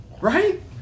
right